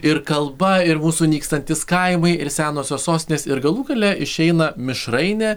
ir kalba ir mūsų nykstantys kaimai ir senosios sostinės ir galų gale išeina mišrainė